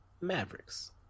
Mavericks